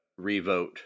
revote